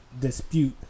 dispute